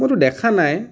মইতো দেখা নাই